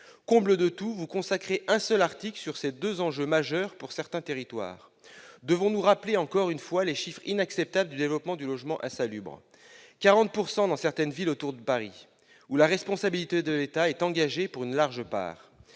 Comble de tout, vous consacrez un seul article à ces enjeux majeurs pour certains territoires ! Devons-nous rappeler, encore une fois, le chiffre inacceptable du développement du logement insalubre ? Celui-ci représente 40 % des logements dans certaines villes autour de Paris, où la responsabilité de l'État est engagée pour une large part.